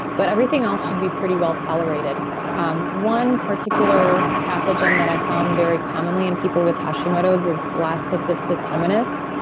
but everything else should be pretty well-tolerated um one particular pathogen that i found very commonly in people with hashimoto's is blastocystis hominis.